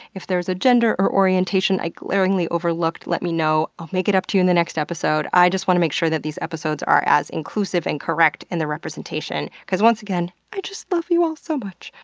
if there's a gender or orientation i glaringly overlooked, let me know. i'll make it up to you in the next episode. i just want to make sure that these episodes are as inclusive and correct in their representation because once again, i just love you all so much.